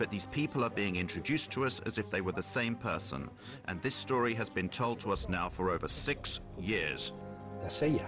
but these people are being introduced to us as if they were the same person and this story has been told to us now for over six years